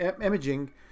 imaging